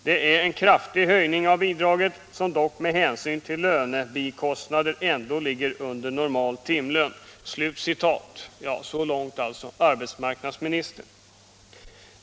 Det är en kraftig höjning av bidraget som dock — med hänsyn till lönebikostnader — ändå ligger under normal timlön.” Så långt citerar jag alltså arbetsmarknadsministern.